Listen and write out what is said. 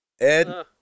Ed